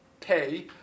pay